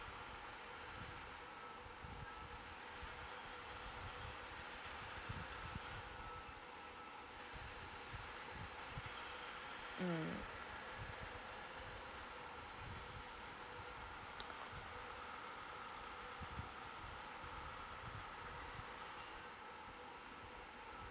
mm